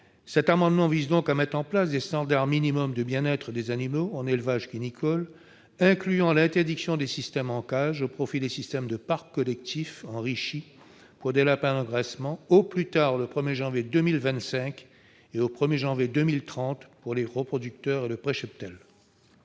Cet amendement vise donc à mettre en place des standards minimaux de bien-être des animaux en élevage cunicole, en incluant l'interdiction des systèmes en cage au profit des systèmes de parcs collectifs enrichis à compter du 1 janvier 2025 pour les lapins d'engraissement, et du 1 janvier 2030 pour les reproducteurs et le précheptel.